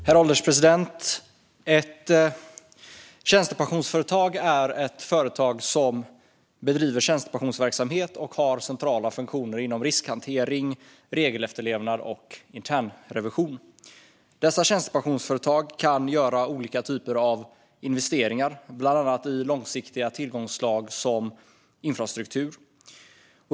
Herr ålderspresident! Ett tjänstepensionsföretag är ett företag som bedriver tjänstepensionsverksamhet och har centrala funktioner inom riskhantering, regelefterlevnad och internrevision. Dessa tjänstepensionsföretag kan göra olika typer av investeringar, bland annat i långsiktiga tillgångsslag som infrastruktur.